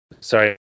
sorry